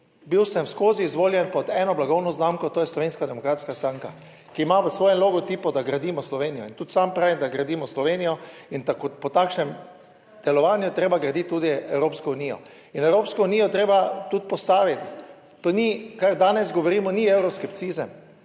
Bil sem skozi izvoljen pod eno blagovno znamko, to je Slovenska demokratska stranka, ki ima v svojem logotipu, da gradimo Slovenijo in tudi sam pravim, da gradimo Slovenijo in po takšnem delovanju je treba graditi tudi Evropsko unijo. Evropsko unijo je treba tudi postaviti. To ni, kar danes govorimo, ni evroskeptizem,